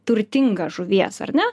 turtinga žuvies ar ne